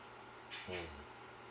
mm